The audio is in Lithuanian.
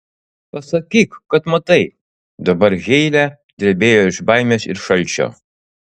pasakyk kad matai dabar heile drebėjo iš baimės ir šalčio